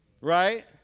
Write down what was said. Right